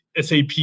SAP